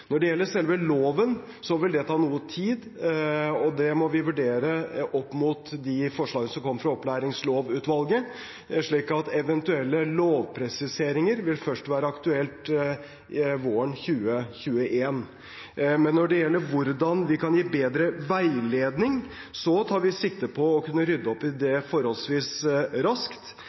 Når det gjelder selve loven, vil det ta noe tid, og det må vi vurdere opp mot de forslagene som kom fra opplæringslovutvalget, så eventuelle lovpresiseringer vil først være aktuelt våren 2021. Men når det gjelder hvordan vi kan gi bedre veiledning, tar vi sikte på å kunne rydde opp i det forholdsvis raskt.